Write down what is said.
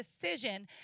decision